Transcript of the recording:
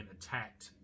attacked